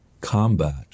Combat